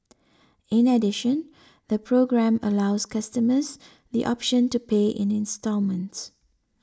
in addition the programme allows customers the option to pay in instalments